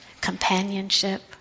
Companionship